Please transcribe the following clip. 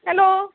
hello